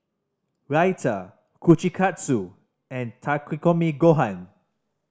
Raita Kushikatsu and Takikomi Gohan